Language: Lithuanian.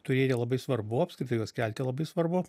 turėti labai svarbu apskritai juos kelti labai svarbu